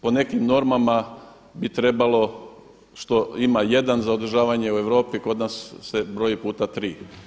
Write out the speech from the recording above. Po nekim normama bi trebalo što ima jedan za održavanje u Europi kod nas se broji puta tri.